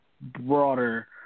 broader